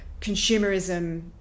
consumerism